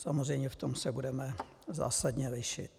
Samozřejmě v tom se budeme zásadně lišit.